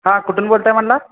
हां कुठून बोलत आहे म्हणाला